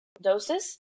doses